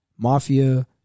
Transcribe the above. mafia